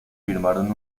firmaron